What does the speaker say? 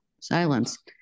silence